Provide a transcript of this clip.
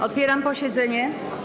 Otwieram posiedzenie.